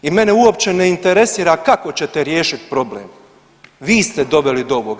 I mene uopće ne interesira kako ćete riješiti problem, vi ste doveli do ovoga.